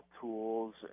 tools